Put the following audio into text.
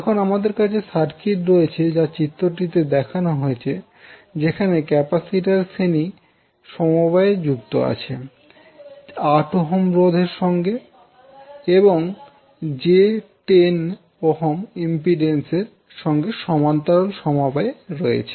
এখন আমাদের কাছে সার্কিট রয়েছে যা চিত্রটিতে দেখানো হয়েছে যেখানে ক্যাপাসিটর শ্রেণী সমবায়ে যুক্ত আছে 8 Ω রোধ সঙ্গে এবং j10 Ω ইম্পিড্যান্স এর সঙ্গে সমান্তরাল সবায়ে রয়েছে